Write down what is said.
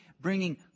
bringing